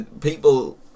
People